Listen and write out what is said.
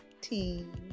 team